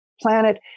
planet